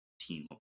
team